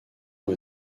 ont